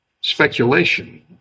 speculation